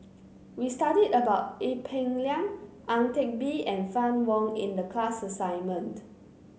we studied about Ee Peng Liang Ang Teck Bee and Fann Wong in the class assignment